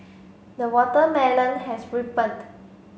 the watermelon has ripened